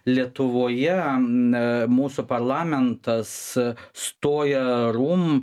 lietuvoje na mūsų parlamentas stoja rūm